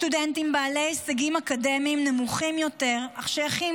סטודנטים בעלי הישגים אקדמיים נמוכים אך ששייכים